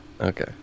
Okay